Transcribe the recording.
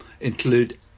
include